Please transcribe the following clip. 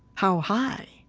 how high?